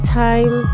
time